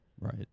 Right